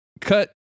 cut